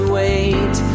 wait